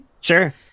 Sure